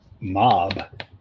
Mob